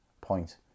point